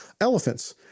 elephants